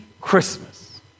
Christmas